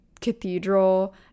cathedral